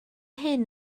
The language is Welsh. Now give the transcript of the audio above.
hyn